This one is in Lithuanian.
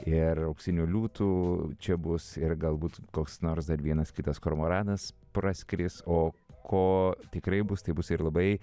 ir auksinių liūtų čia bus ir galbūt koks nors dar vienas kitas kormoranas praskris o ko tikrai bus tai bus ir labai